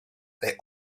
they